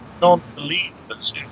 non-believers